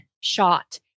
shot